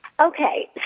Okay